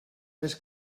més